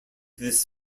this